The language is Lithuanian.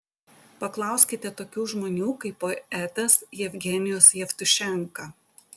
paklauskite tokių žmonių kaip poetas jevgenijus jevtušenka